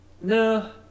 No